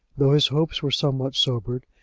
though his hopes were somewhat sobered,